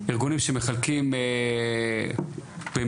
ארגונים שמחלקים במיליונים,